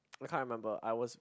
I can't remember I was